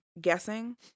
guessing